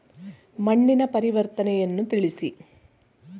ಮಣ್ಣಿನ ಪರಿವರ್ತನೆಯನ್ನು ತಿಳಿಸಿ?